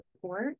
support